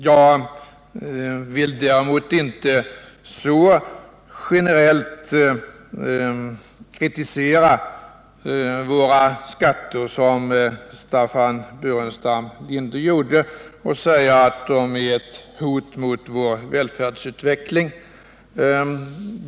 Jag vill däremot inte så generellt kritisera våra skatter som Staffan Burenstam Linder gjorde och säga att de är ett hot mot vår välfärdsutveckling.